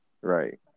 Right